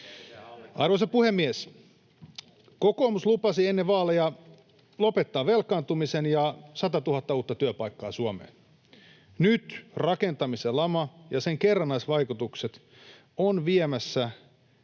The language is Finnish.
Arvoisa puhemies! Kokoomus lupasi ennen vaaleja lopettaa velkaantumisen ja satatuhatta uutta työpaikkaa Suomeen. Nyt rakentamisen lama ja sen kerrannaisvaikutukset ovat viemässä